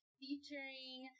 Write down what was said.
featuring